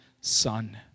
Son